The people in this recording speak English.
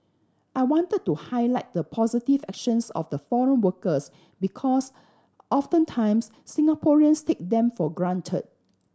I wanted to highlight the positive actions of the foreign workers because oftentimes Singaporeans take them for granted